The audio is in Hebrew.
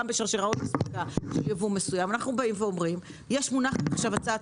גם בשרשראות אספקה של ייבוא מסוים מונחת עכשיו הצעת